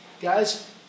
Guys